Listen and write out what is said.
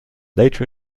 later